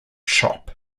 shop